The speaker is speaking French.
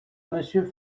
monsieur